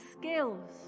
skills